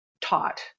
taught